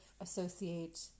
associate